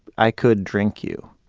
i could drink you